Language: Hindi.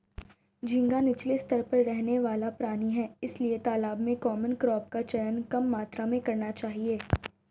झींगा नीचले स्तर पर रहने वाला प्राणी है इसलिए तालाब में कॉमन क्रॉप का चयन कम मात्रा में करना चाहिए